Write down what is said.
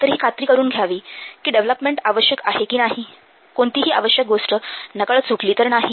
तर हि खात्री करून घ्यावी कि डेव्हलपमेंट आवश्यक आहे की नाही कोणतीही आवश्यक गोष्ट नकळत सुटली तर नाही